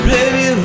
Baby